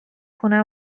خونه